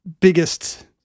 biggest—